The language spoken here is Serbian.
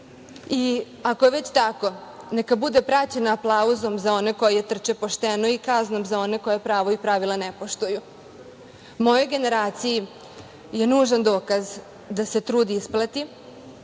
Ako je već tako, neka bude praćena aplauzom za one koji je trče pošteno i kaznom za one koji pravo i pravila ne poštuju. Mojoj generaciji je nužan dokaz da se trud isplati,